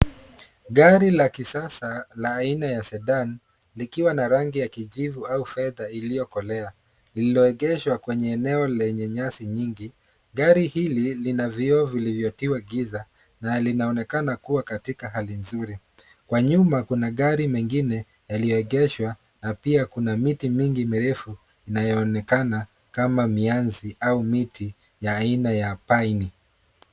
Gari la kisasa la aina ya Sedan likiwa na rangi ya kijivu au fedha iliyokolea lililoegeshwa kwenye eneo lenye nyasi nyingi. Gari hili lina vioo vilivyotiwa giza na linaonekana kuwa katika hali nzuri. Kwa nyuma kuna gari mengine yaliyoegeshwa na pia kuna miti mingi mirefu inayoonekana kama mianzi au miti ya aina ya pine .